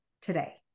today